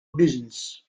business